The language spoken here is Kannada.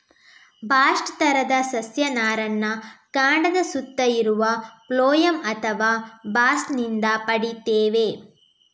ಬಾಸ್ಟ್ ತರದ ಸಸ್ಯ ನಾರನ್ನ ಕಾಂಡದ ಸುತ್ತ ಇರುವ ಫ್ಲೋಯಂ ಅಥವಾ ಬಾಸ್ಟ್ ನಿಂದ ಪಡೀತೇವೆ